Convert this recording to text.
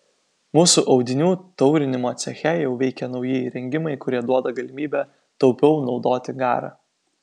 mūsų audinių taurinimo ceche jau veikia nauji įrengimai kurie duoda galimybę taupiau naudoti garą